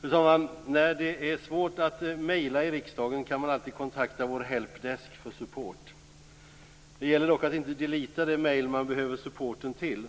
Fru talman! När det är svårt att maila i riksdagen kan man alltid kontakta vår helpdesk för support. Det gäller dock att inte deleta det mail man behöver supporten till.